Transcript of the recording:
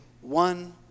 one